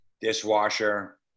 Dishwasher